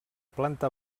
planta